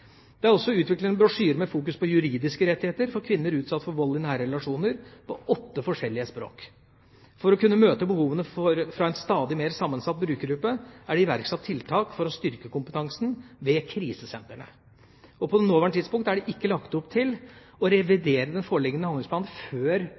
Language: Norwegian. Det er også utviklet en brosjyre med fokusering på juridiske rettigheter for kvinner utsatt for vold i nære relasjoner på åtte forskjellige språk. For å kunne møte behovene fra en stadig mer sammensatt brukergruppe er det iverksatt tiltak for å styrke kompetansen ved krisesentrene. På det nåværende tidspunkt er det ikke lagt opp til å